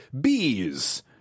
bees